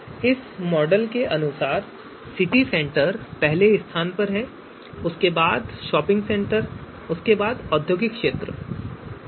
इस परिणाम के अनुसार सिटी सेंटर पहले स्थान पर है उसके बाद शॉपिंग सेंटर और उसके बाद औद्योगिक क्षेत्र है